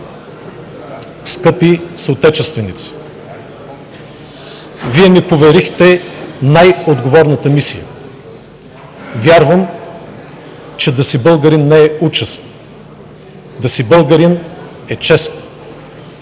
Скъпи съотечественици, Вие ми поверихте най-отговорната мисия. Вярвам, че да си българин не е участ, да си българин е чест.